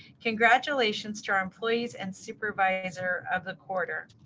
congratulations to our employees and supervisor of the quarter.